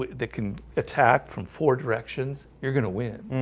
that can attack from four directions. you're gonna win